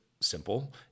simple